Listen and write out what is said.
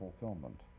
fulfillment